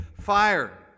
fire